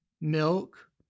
milk